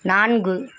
நான்கு